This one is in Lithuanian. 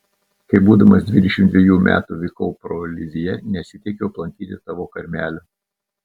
kai būdamas dvidešimt dvejų metų vykau pro lizjė nesiteikiau aplankyti tavo karmelio